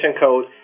code